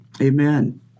Amen